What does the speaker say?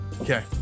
Okay